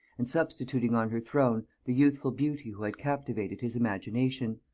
and substituting on her throne the youthful beauty who had captivated his imagination.